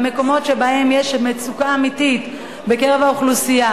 במקומות שבהם יש מצוקה אמיתית בקרב האוכלוסייה.